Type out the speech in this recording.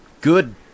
Good